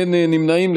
אין נמנעים.